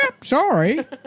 Sorry